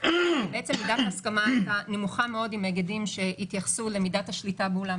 מידת ההסכמה הייתה נמוכה מאוד עם היגדים שהתייחסו למידת השליטה באולם.